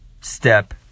step